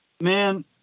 man